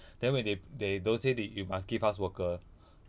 then when they they don't say that you must give us worker